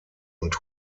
und